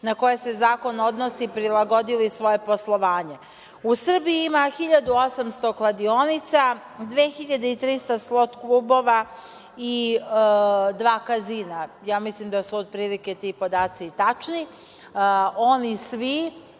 na koje se zakon odnosi prilagodili svoje poslovanje.U Srbiji ima 1.800 kladionica, 2.300 slot klubova i dva kazina. Ja mislim da su otprilike ti podaci tačni. Oni svi